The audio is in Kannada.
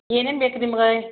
ಏನೇನು ಬೇಕು ನಿಮಗೆ